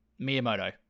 Miyamoto